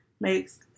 makes